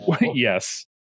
Yes